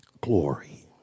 glory